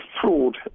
fraud